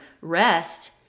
Rest